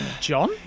John